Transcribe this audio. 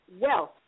wealth